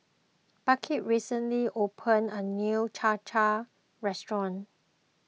Burke recently opened a new Cham Cham restaurant